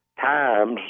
times